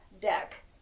deck